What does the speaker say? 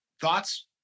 thoughts